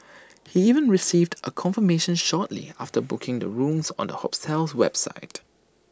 he even received A confirmation shortly after booking the rooms on the hotel's website